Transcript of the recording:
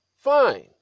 Fine